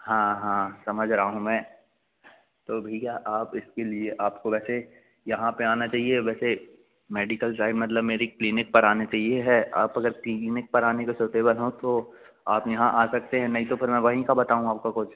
हाँ हाँ समझ रहा हूँ मैं तो भैया आप इसके लिए आपको वैसे यहाँ पर आना चाहिए वैसे मेडिकल राय मतलब मेरी क्लिनिक पर आना चाहिए है आप अगर टीवीमेट कराने का सूटेबल हों तो आप यहाँ आ सकते हैं नहीं तो फिर मैं वहीं का बताऊँ आपका कुछ